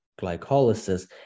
glycolysis